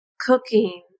cooking